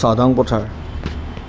চাওদাং পথাৰ